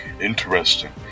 Interesting